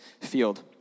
field